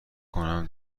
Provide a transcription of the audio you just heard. کنم